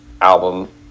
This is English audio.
album